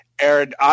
Aaron